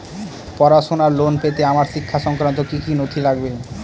পড়াশুনোর লোন পেতে আমার শিক্ষা সংক্রান্ত কি কি নথি লাগবে?